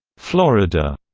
florida.